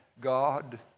God